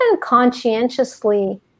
conscientiously